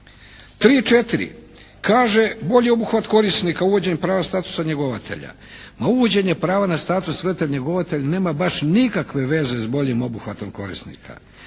četiri. Kaže bolji obuhvat korisnika uvođenjem prava statusa prava njegovatelja. Ma uvođenje prava na status roditelj njegovatelj nema baš nikakve veze s boljim obuhvatom korisnika.